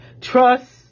Trust